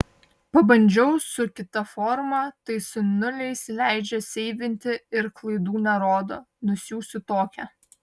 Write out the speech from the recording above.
pabandžiau su kita forma tai su nuliais leidžia seivinti ir klaidų nerodo nusiųsiu tokią